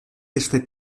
este